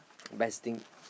best thing